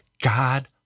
God